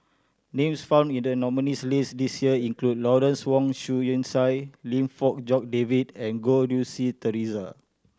names found in the nominees' list this year include Lawrence Wong Shyun Tsai Lim Fong Jock David and Goh Rui Si Theresa